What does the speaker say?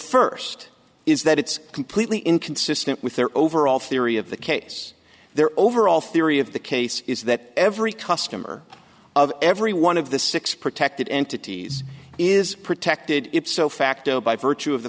first is that it's completely inconsistent with their overall theory of the case their overall theory of the case is that every customer of every one of the six protected entities is protected so facto by virtue of the